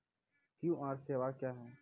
QR सेवा क्या हैं?